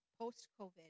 post-COVID